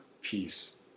peace